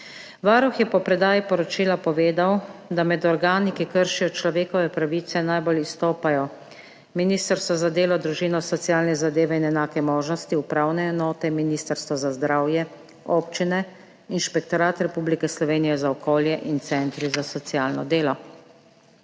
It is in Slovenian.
Varuh je po predaji poročila povedal, da med organi, ki kršijo človekove pravice, najbolj izstopajo Ministrstvo za delo, družino, socialne zadeve in enake možnosti, upravne enote, Ministrstvo za zdravje, občine, Inšpektorat Republike Slovenije za okolje in centri za socialno delo.